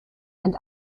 and